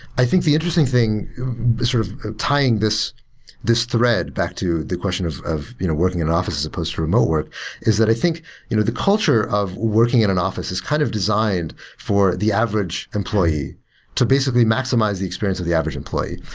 i think the interesting thing sort of tying this this thread back to the question of of you know working in an office as supposed to remote work is that i think you know the culture of working at an office is kind of designed for the average employee to basically maximize the experience of the average employee.